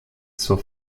zur